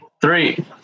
three